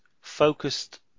focused